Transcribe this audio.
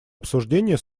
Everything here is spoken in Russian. обсуждения